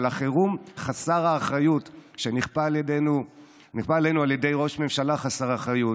אבל החירום חסר האחריות שנכפה עלינו נכפה על ידי ראש ממשלה חסר אחריות.